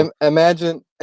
Imagine